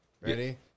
Ready